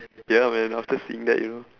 ya man after seeing that you know